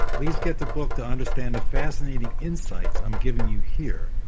please get the book to understand the fascinating insights i'm giving you here,